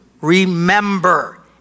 remember